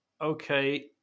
okay